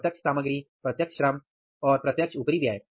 प्रत्यक्ष सामग्री प्रत्यक्ष श्रम और प्रत्यक्ष उपरिव्यय